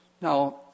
Now